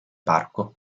parco